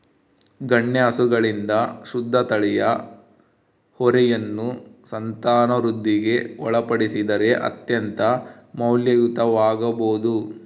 ಗಣ್ಯ ಹಸುಗಳಿಂದ ಶುದ್ಧ ತಳಿಯ ಹೋರಿಯನ್ನು ಸಂತಾನವೃದ್ಧಿಗೆ ಒಳಪಡಿಸಿದರೆ ಅತ್ಯಂತ ಮೌಲ್ಯಯುತವಾಗಬೊದು